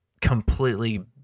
completely